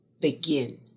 begin